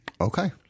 Okay